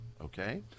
Okay